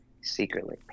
Secretly